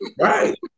Right